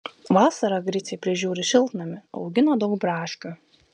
vasarą griciai prižiūri šiltnamį augina daug braškių